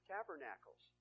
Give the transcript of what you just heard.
Tabernacles